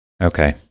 Okay